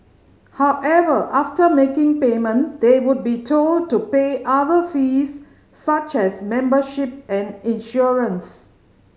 however after making payment they would be told to pay other fees such as membership and insurance